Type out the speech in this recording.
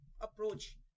approach